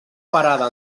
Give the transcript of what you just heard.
parada